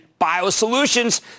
BioSolutions